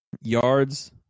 Yards